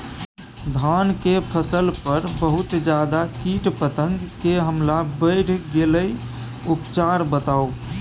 धान के फसल पर बहुत ज्यादा कीट पतंग के हमला बईढ़ गेलईय उपचार बताउ?